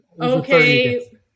Okay